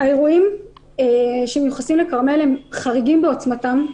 האירועים שמיוחסים לכרמל הם חריגים בעוצמתם,